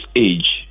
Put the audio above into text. age